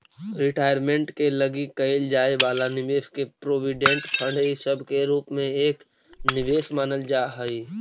retirement के लगी कईल जाए वाला निवेश के प्रोविडेंट फंड इ सब के रूप में एक निवेश मानल जा हई